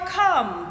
come